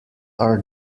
are